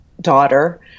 daughter